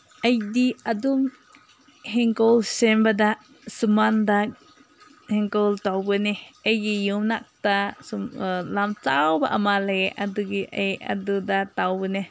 ꯑꯩꯗꯤ ꯑꯗꯨꯝ ꯏꯪꯈꯣꯜ ꯁꯦꯝꯕꯗ ꯁꯨꯃꯥꯡꯗ ꯏꯪꯈꯣꯜ ꯇꯧꯕꯅꯦ ꯑꯩꯒꯤ ꯌꯨꯝꯂꯛꯇ ꯁꯨꯝ ꯂꯝ ꯆꯥꯎꯕ ꯑꯃ ꯂꯩꯌꯦ ꯑꯗꯨꯒꯤ ꯑꯩ ꯑꯗꯨꯗ ꯇꯧꯕꯅꯦ